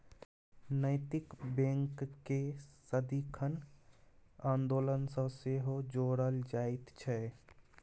नैतिक बैंककेँ सदिखन आन्दोलन सँ सेहो जोड़ल जाइत छै